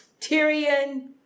Tyrion